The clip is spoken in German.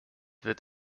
wird